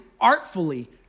artfully